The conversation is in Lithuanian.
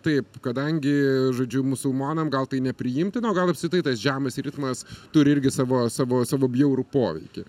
taip kadangi žodžiu musulmonam gal tai nepriimtina o gal apskritai tas žemės ritmas turi irgi savo savo savo bjaurų poveikį